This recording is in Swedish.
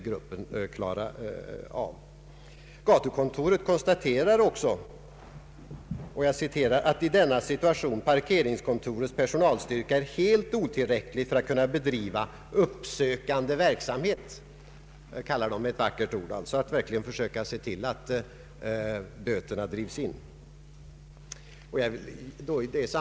Gatukontoret konstaterar också ”att i denna situation parkeringskontorets personalstyrka är helt otillräcklig för att kunna bedriva uppsökande verksamhet” — som man kallar det med ett vackert uttryck, dvs. att försöka se till att böterna drivs in.